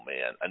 man